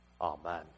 Amen